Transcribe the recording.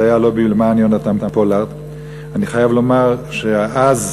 היה הלובי